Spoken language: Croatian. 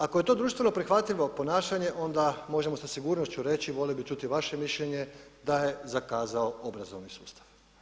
Ako je to društveno prihvatljivo ponašanje onda možemo sa sigurnošću reći, volio bih čuti vaše mišljenje da je zakazao obrazovni sustav.